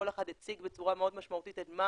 כל אחד הציג בצורה מאוד משמעותית את מה